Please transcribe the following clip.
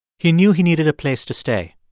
he knew he needed a place to stay,